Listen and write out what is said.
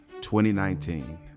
2019